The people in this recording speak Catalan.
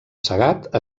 segat